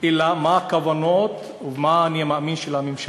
אלא מה הכוונות ומה ה"אני מאמין" של הממשלה.